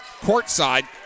courtside